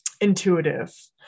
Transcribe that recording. intuitive